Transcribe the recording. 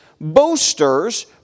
boasters